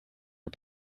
are